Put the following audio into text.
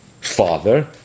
father